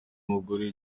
mugore